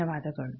ಧನ್ಯವಾದಗಳು